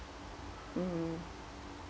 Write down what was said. mm